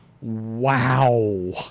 Wow